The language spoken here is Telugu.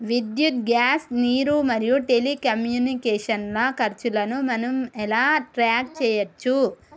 విద్యుత్ గ్యాస్ నీరు మరియు టెలికమ్యూనికేషన్ల ఖర్చులను మనం ఎలా ట్రాక్ చేయచ్చు?